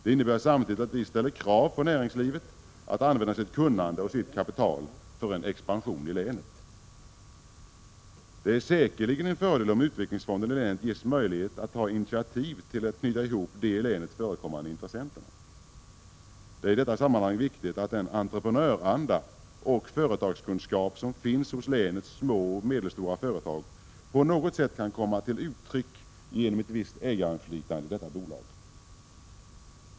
Det innebär samtidigt att vi ställer krav på näringslivet att använda sitt kunnande och sitt kapital för en expansion i länet. Det är säkerligen en fördel om utvecklingsfonden i länet ges möjlighet att ta initiativ till att knyta ihop de i länet förekommande intressenterna. Det är i detta sammanhang viktigt att den entreprenöranda och företagskunskap som finns hos länets små och medelstora företag på något sätt kan komma till uttryck genom ett visst ägarinflytande i detta bolag.